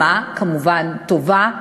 כמובן ברמה טובה,